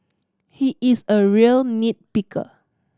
he is a real nit picker